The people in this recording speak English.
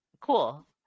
cool